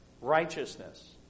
righteousness